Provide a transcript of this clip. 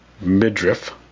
midriff